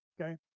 Okay